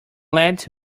led